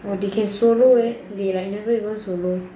or they can solo eh they like never even solo